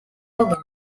organs